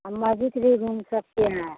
मस्जिद भी घूम सकते हैं